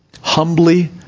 humbly